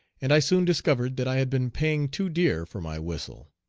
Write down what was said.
and i soon discovered that i had been paying too dear for my whistle.